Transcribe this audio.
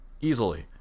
Easily